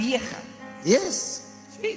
Yes